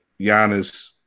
Giannis